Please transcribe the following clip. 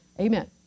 Amen